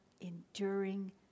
enduring